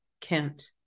Kent